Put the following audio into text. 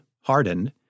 hardened